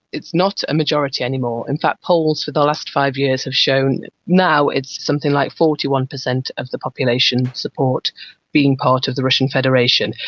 it's not a majority anymore. in fact polls for the last five years have shown now it's something like forty one percent of the population support being part of the russian federation.